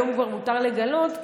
היום כבר מותר לגלות,